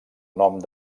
nom